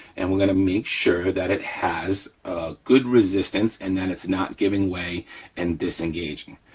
and we're gonna make sure that it has a good resistance and that it's not giving way and disengaging,